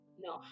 no